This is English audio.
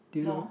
do you know